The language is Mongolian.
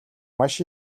маш